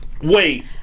wait